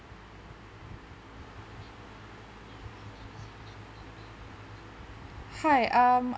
hi um